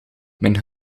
mijn